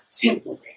temporary